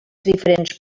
diferents